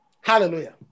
Hallelujah